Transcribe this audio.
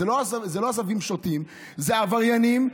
אלה לא עשבים שוטים, אלה עבריינים.